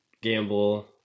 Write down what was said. gamble